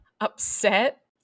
upset